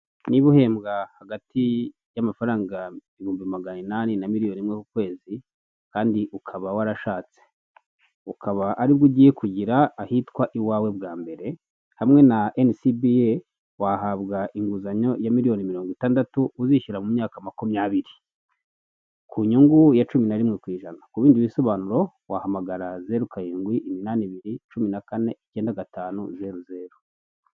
Niba uhembwa hagati y'amafaranga ibihumbi magana inani, na miliyoni imwe ku kwezi kandi ukaba warashatse ukaba aribwo ugiye kugira ahitwa iwawe bwa mbere hamwe na enicibi wahabwa inguzanyo ya miliyoni mirongo itandatu uzishyura mu myaka makumyabiri ku nyungu ya cumi na rimwe kwijana ku bindi bisobanuro wahamagara ze karindwi imanibiri cumi na kane icyenda gatanuzeruzeru.